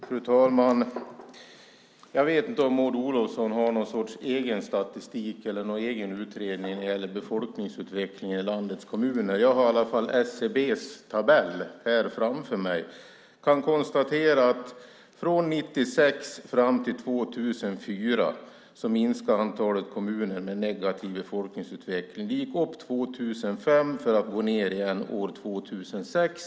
Fru talman! Jag vet inte om Maud Olofsson har en egen statistik eller en egen utredning när det gäller befolkningsutvecklingen i landets kommuner. Jag har i alla fall SCB:s tabell här framför mig och kan konstatera att från 1996 fram till 2004 minskade antalet kommuner med negativ befolkningsutveckling. Antalet gick upp 2005 för att gå ned igen 2006.